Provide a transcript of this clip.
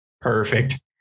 Perfect